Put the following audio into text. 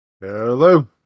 hello